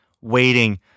waiting